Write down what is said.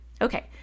Okay